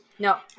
No